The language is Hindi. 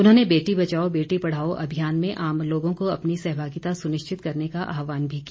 उन्होंने बेटी बचाओ बेटी पढ़ाओं अभियान में आम लोगों को अपनी सहभागिता सुनिश्चित करने का आहवान भी किया